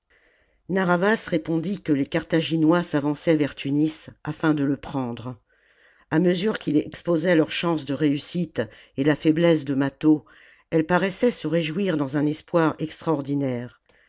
narr'havas répondit que les carthaginois s'avançaient vers tunis afin de le prendre a mesure qu'il exposait leurs chances de réussite et la faiblesse de mâtho elle paraissait se réjouir dans un espoir extraordinaire